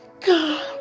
God